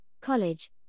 college